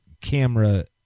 camera